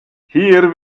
hier